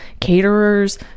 caterers